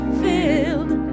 filled